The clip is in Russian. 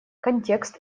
контекст